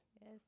Yes